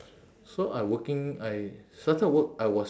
so I working I started work I was